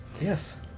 Yes